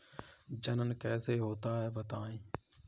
जनन कैसे होता है बताएँ?